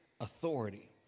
authority